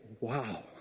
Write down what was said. wow